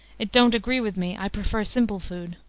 it don't agree with me. i prefer simple food.